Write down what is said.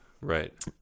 Right